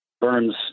burns